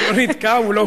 הוא לא נתקע, הוא לא הופעל.